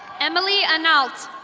emily anult.